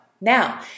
Now